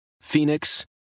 Phoenix